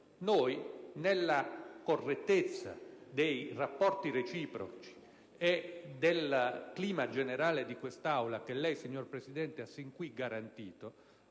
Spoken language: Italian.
Nella correttezza dei rapporti reciproci e del clima generale di quest'Aula che lei, signor Presidente, ha sin qui garantito,